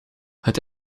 het